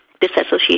disassociation